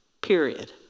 period